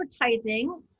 advertising